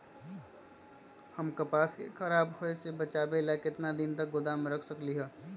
हम कपास के खराब होए से बचाबे ला कितना दिन तक गोदाम में रख सकली ह?